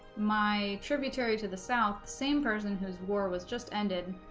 my tributary to the south the same person whose war was just ended